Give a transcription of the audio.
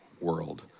world